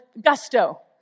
gusto